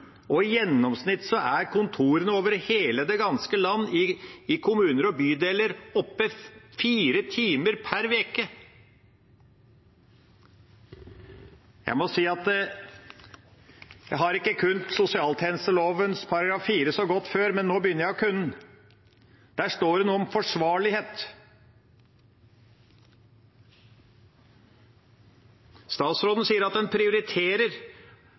I gjennomsnitt er kontorene over hele det ganske land i kommuner og bydeler oppe fire timer per uke. Jeg må si at jeg ikke har kunnet sosialtjenesteloven § 4 så godt før, men nå begynner jeg å kunne den. Der står det noe om forsvarlighet. Statsråden sier at en prioriterer.